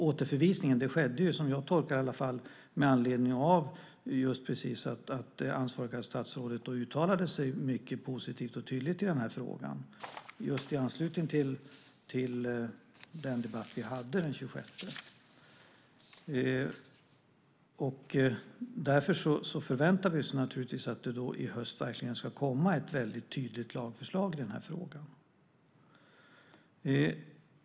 Återförvisningen skedde, åtminstone som jag tolkar det, med anledning av att det ansvariga statsrådet uttalade sig mycket positivt och tydligt i denna fråga just i anslutning till den debatt som vi hade den 26 april. Därför förväntar vi oss naturligtvis att det i höst verkligen ska komma ett väldigt tydligt lagförslag i denna fråga.